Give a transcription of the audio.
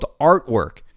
artwork